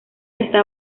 está